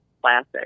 classic